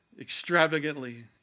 extravagantly